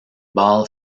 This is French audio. ball